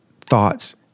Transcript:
thoughts